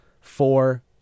four